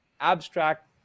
abstract